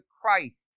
Christ